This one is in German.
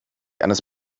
eines